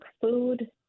food